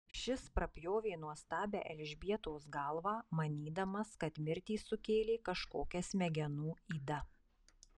šis prapjovė nuostabią elžbietos galvą manydamas kad mirtį sukėlė kažkokia smegenų yda